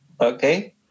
Okay